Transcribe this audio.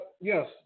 yes